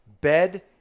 bed